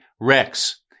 Rex